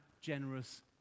generous